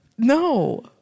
No